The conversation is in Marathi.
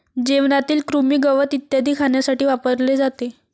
जेवणातील कृमी, गवत इत्यादी खाण्यासाठी वापरले जाते